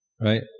Right